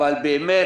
אבל באמת,